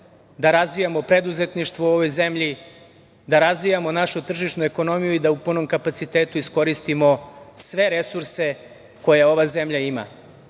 da razvijamo preduzetništvo u ovoj zemlji, da razvijamo našu tržišnu ekonomiju i da u punom kapacitetu iskoristimo sve resurse koje ova zemlja ima. Baš